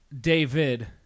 David